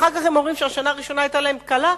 אחר כך הם אומרים שהשנה הראשונה היתה להם קלה,